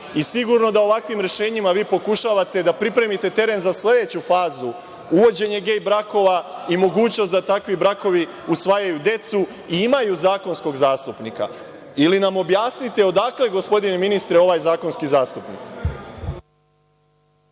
i sigurno da ovakvim rešenjima vi pokušavate da pripremite teren za sledeću fazu – uvođenje gej brakova i mogućnost da takvi brakovi usvajaju decu i imaju zakonskog zastupnika. Ili nam objasnite odakle, gospodine ministre, ovaj zakonski zastupnik?